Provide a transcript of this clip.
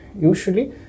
Usually